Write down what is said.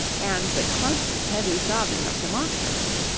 and the constant heavy sobbing of the mock turtle.